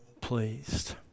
pleased